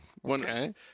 one